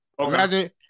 imagine